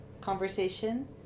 Conversation